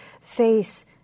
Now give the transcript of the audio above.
face